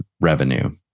revenue